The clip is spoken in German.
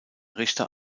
richter